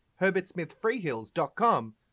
herbertsmithfreehills.com